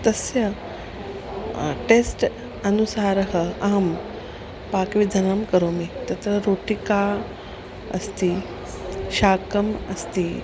तस्य टेस्ट् अनुसारः अहं पाकविधानं करोमि तत्र रोटिका अस्ति शाकम् अस्ति